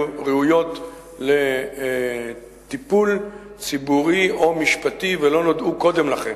ראויות לטיפול ציבורי או משפטי ולא נודעו קודם לכן.